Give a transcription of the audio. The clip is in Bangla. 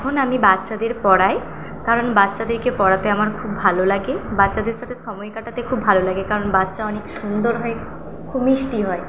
এখন আমি বাচ্চাদের পড়াই কারণ বাচ্চাদেরকে পড়াতে আমার খুব ভালো লাগে বাচ্চাদের সাথে সময় কাটাতে খুব ভালো লাগে কারণ বাচ্চা অনেক সুন্দর হয় খুব মিষ্টি হয়